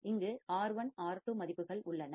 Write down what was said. இங்கு R1 R2 மதிப்புகள் உள்ளன